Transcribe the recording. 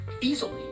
easily